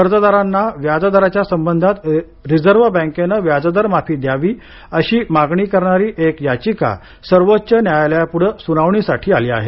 कर्जदारांना व्याजदराच्या संबंधात रिझर्व बँकेने व्याजदर माफी द्यावी अशी मागणी करणारी एक याचिका सर्वोच्च न्यायालयापुढं सुनावणीसाठी आली आहे